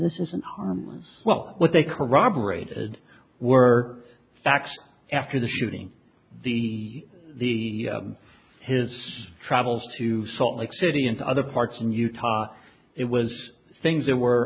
this isn't harmless well what they corroborated were facts after the shooting the the his travels to salt lake city and other parts in utah it was things that were